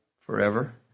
forever